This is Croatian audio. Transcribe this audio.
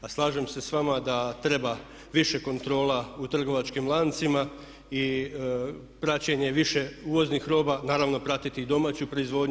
A slažem se s vama da treba više kontrola u trgovačkim lancima i praćenje više uvoznih roba, naravno pratiti i domaću proizvodnju.